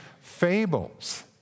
fables